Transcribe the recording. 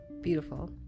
beautiful